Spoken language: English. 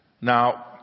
Now